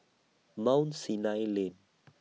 Mount Sinai Lane